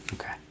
Okay